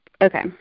okay